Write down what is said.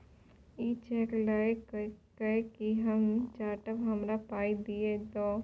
इ चैक लए कय कि हम चाटब? हमरा पाइ दए दियौ